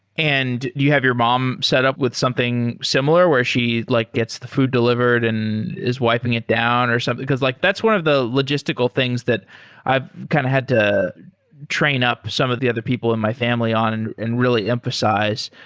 and you have your mom set up with something similar where she like gets the food delivered and is wiping it down or something? because like that's one of the logistical things that i've kind of had to train up some of the other people in my family on and really emphasize.